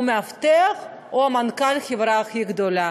מאבטח או מנכ"ל החברה הכי גדולה,